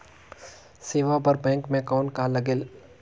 सेवा बर बैंक मे कौन का लगेल?